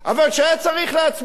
אבל כשהיה צריך להצביע,